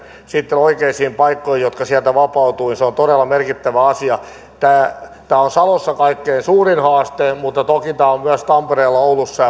sitten oikeisiin paikkoihin jotka sieltä vapautuvat on todella merkittävä asia tämä tämä on salossa kaikkein suurin haaste mutta toki myös tampereella oulussa